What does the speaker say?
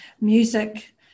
music